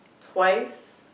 twice